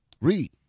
Read